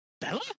Bella